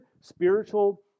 spiritual